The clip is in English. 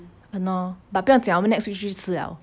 !hannor! but 不用紧 lah 我们 next week 就去吃 liao